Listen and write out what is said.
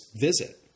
visit